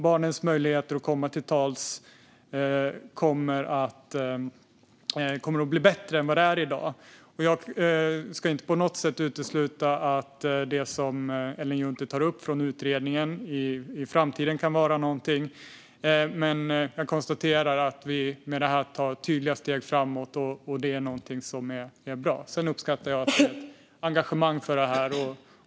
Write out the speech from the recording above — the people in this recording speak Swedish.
Barnens möjligheter att komma till tals kommer att bli bättre än vad de är i dag. Jag ska inte på något sätt utesluta att det som Ellen Juntti tar upp från utredningen kan vara någonting att ta fasta på i framtiden. Men jag konstaterar att vi med det här förslaget tar tydliga steg framåt, vilket är bra. Sedan uppskattar jag att det finns ett engagemang i frågan.